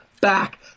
back